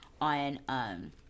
on